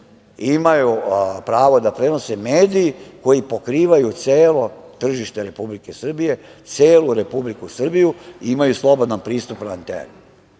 imaju pravo da prenose mediji koji pokrivaju celo tržište Republike Srbije, celu Republiku Srbiju i imaju slobodan pristup. Vi odjednom